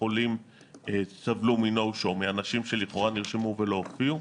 החולים סבלו מ-no show מאנשים שנרשמו ולא הופיעו.